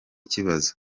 kibazo